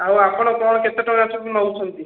ଆଉ ଆପଣ କଣ କେତେ ଟଙ୍କା ସବୁ ନେଉଛନ୍ତି